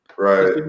Right